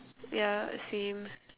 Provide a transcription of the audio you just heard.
yeah same